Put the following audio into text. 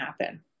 happen